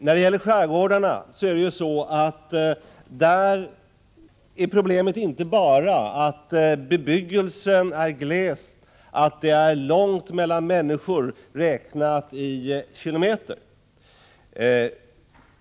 I skärgårdarna är problemet inte bara att bebyggelsen är gles och att det är långt mellan människorna räknat i kilometer.